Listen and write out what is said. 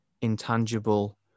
intangible